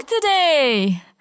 today